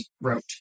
wrote